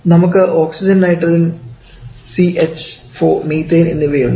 നമുക്ക് oxygen nitrogen CH4 methane എന്നിവയുണ്ട്